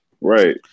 Right